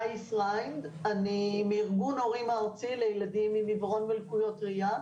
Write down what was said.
אני מארגון הורים ארצי לילדים עם עיוורון ולקויות ראייה.